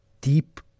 deep